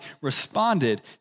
responded